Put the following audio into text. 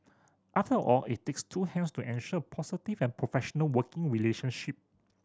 after all it takes two hands to ensure positive and professional working relationship